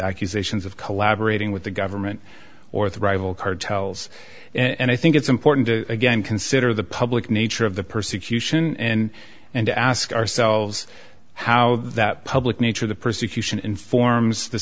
accusations of collaborating with the government or the rival cartels and i think it's important to again consider the public nature of the persecution and and to ask ourselves how that public nature of the persecution informs the